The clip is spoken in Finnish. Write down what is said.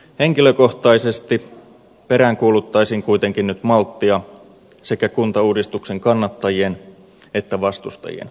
henkilökohtaisesti peräänkuuluttaisin kuitenkin nyt malttia sekä kuntauudistuksen kannattajien että vastustajien suuntaan